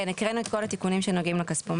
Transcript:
כן, הקראנו את כל התיקונים שנוגעים לכספומט.